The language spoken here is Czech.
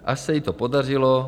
Až se jí to podařilo.